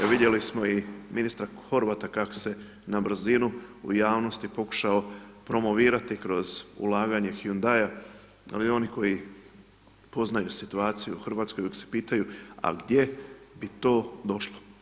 Vidjeli smo i ministra Horvata kako se na brzinu u javnosti pokušao promovirati kroz ulaganja Hyundaia, ali oni koji poznaju situaciju u Hrvatskoj, uvijek se pitaju a gdje bi to došlo.